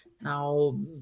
now